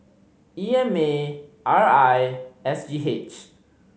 E M A R I and S G H